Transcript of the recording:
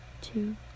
two